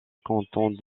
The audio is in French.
cantons